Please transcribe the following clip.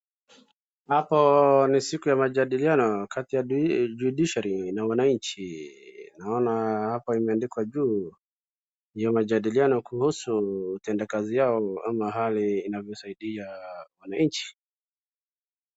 Hapo na siku ya majadilianao kati ya judiciary na wananchi. Naona hapa imeandikwa juu ya majadiliano kuhusu utendakazi yao ama hali inavyosaidia wananchi.